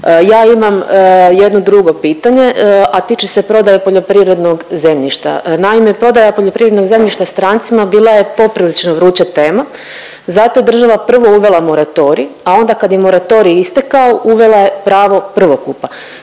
Ja imam jedno drugo pitanje, a tiče se prodaje poljoprivrednog zemljišta. Naime, prodaja poljoprivrednog zemljišta strancima bila je poprilično vruća tema, zato je država prvo uvela moratorij, a onda kad je moratorij istekao, uvela je pravo prvokupa,